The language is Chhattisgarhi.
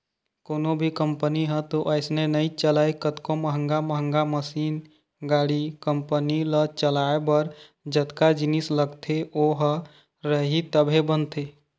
कोनो भी कंपनी ह तो अइसने नइ चलय कतको महंगा महंगा मसीन, गाड़ी, कंपनी ल चलाए बर जतका जिनिस लगथे ओ ह रही तभे बनथे